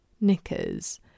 knickers